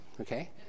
Okay